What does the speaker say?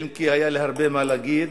אם כי היה לי הרבה מה להגיד,